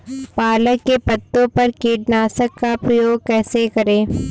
पालक के पत्तों पर कीटनाशक का प्रयोग कैसे करें?